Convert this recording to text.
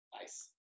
Nice